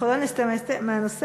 אנחנו לא נסטה מהנושא,